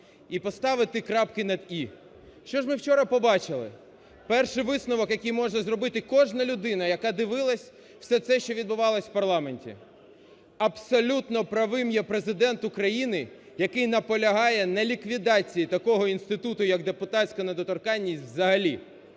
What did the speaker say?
і поставити крапки над "і". Що ж ми вчора побачили? Перший висновок, який може зробити кожна людина, яка дивилась все це, що відбувалось в парламенті: абсолютно правим є Президент України, який наполягає на ліквідації такого інституту як депутатська недоторканність взагалі,